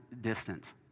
distance